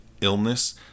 illness